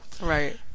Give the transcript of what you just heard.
Right